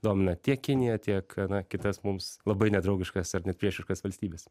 domina tiek kiniją tiek na kitas mums labai nedraugiškas ar net priešiškas valstybes